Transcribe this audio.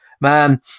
Man